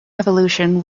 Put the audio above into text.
evolution